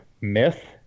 myth